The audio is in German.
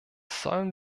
sollen